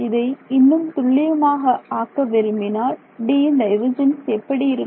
இதை இன்னும் துல்லியமாக ஆக்க விரும்பினால் Dன் டைவர்ஜென்ஸ் எப்படி இருக்கும்